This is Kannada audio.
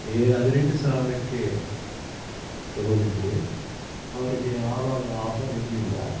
ಎ ಹದಿನೆಂಟು ಸಾವಿರಕ್ಕೆ ತಗೊಂಡಿದ್ರು ಅವರಿಗೆ ಆವಾಗ ಆಫರ್ ಇರ್ಲಿಲ್ಲ